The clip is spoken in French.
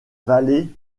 vallée